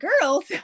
girls